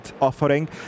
offering